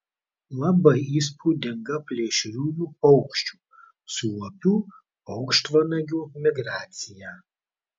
labai įspūdinga plėšriųjų paukščių suopių paukštvanagių migracija